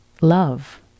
love